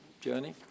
journey